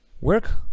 Work